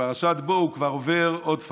בפרשת בוא הוא כבר עובר עוד פאזה.